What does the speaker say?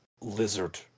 Lizard